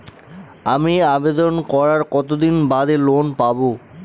আমি আবেদন করার কতদিন বাদে লোন পাব?